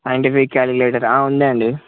scientific calculator ఆ ఉందండి